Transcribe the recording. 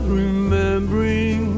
remembering